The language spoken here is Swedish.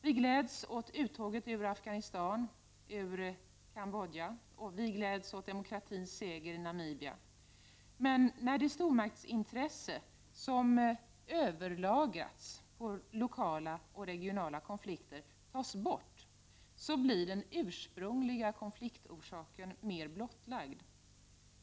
Vi gläds åt uttåget ur Afghanistan och ur Cambodja och åt demokratins seger i Namibia. När det stormaktsintresse som överlagrats på lokala och regionala konflikter tas bort, blir emellertid den ursprungliga konfliktorsaken mera blottlagd.